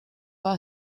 pas